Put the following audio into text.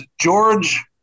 George